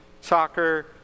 soccer